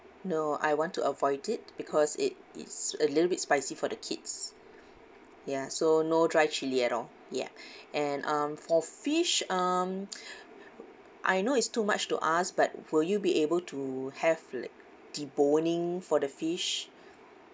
no I want to avoid it because it it's a little bit spicy for the kids yeah so no dry chilli at all yeah and um for fish um I know it's too much to ask but will you be able to have like deboning for the fish